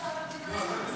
מה הוא מציע,